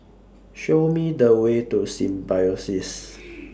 Show Me The Way to Symbiosis